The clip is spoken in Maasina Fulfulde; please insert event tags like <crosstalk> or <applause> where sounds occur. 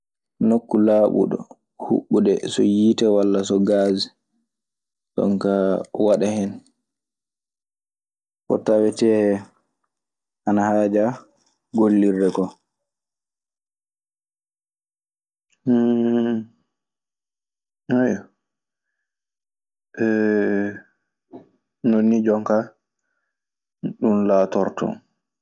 Nokku laaɓuɗo, huɓɓude so yiite walla so gaas. Jon kaa waɗa hen. <hesitation> Non nii jon kaa ɗun laatortoo.